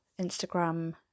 Instagram